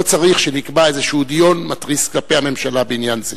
לא צריך שנקבע איזה דיון מתריס כלפי הממשלה בעניין זה.